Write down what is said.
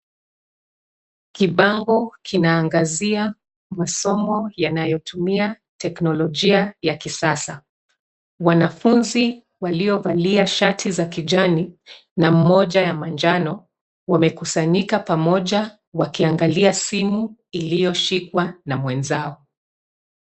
Kibango kinaangazia masomo yanayotumia teknolojia ya kisasa. Wanafunzi waliovalia shati za kijani, na moja ya manjano, wamekusanyika pamoja wakiangalia simu iliyoshikwa na mwenzao.